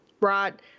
right